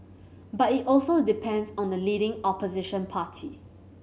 but it also depends on the leading Opposition party